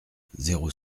zéro